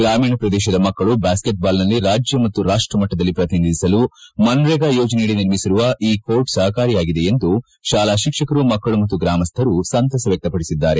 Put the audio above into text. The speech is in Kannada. ಗ್ರಾಮೀಣ ಪ್ರದೇಶದ ಮಕ್ಕಳು ಬ್ಯಾಸೈಟ್ಬಾಲ್ನಲ್ಲಿ ರಾಜ್ಯ ಮತ್ತು ರಾಷ್ವ ಮಟ್ಟದಲ್ಲಿ ಪ್ರತಿನಿಧಿಸಲು ಮನ್ರೇಗಾ ಯೋಜನೆಯಡಿ ನಿರ್ಮಿಸಿರುವ ಈ ಕೋರ್ಟ್ ಸಪಕಾರಿಯಾಗಿದೆ ಎಂದು ಶಾಲಾ ಶಿಕ್ಷಕರು ಮಕ್ಕಳು ಮತ್ತು ಗ್ರಾಮಸ್ಗರು ಸಂತಸ ವ್ಯಕ್ತಪಡಿಸಿದ್ದಾರೆ